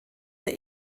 der